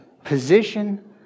Position